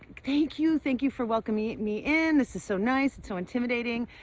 thank you! thank you for welcoming me in. this is so nice. it's so intimidating.